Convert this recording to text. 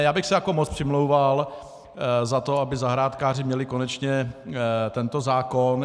Já bych se moc přimlouval za to, aby zahrádkáři měli konečně tento zákon.